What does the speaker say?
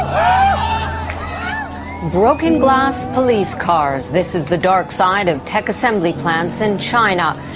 um broken glass, police cars. this is the dark side of tech assembly plants in china.